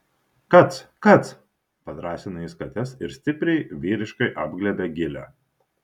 kac kac padrąsina jis kates ir stipriai vyriškai apglėbia gilę